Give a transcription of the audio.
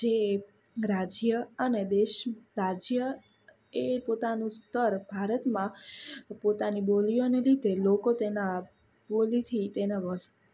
જે રાજ્ય અને દેશ રાજ્ય એ પોતાનું સ્તર ભારતમાં પોતાની બોલીઓને રીતે લોકો તેના બોલીથી તેના